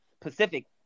Pacific